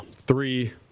three